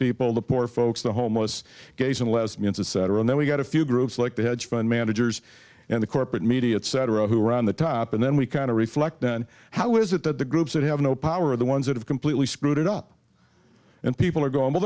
people the poor folks the homeless gays and lesbians etc and then we got a few groups like the hedge fund managers and the corporate media etc who are on the top and then we kind of reflect on how is it that the groups that have no power the ones that have completely screwed it up and people are go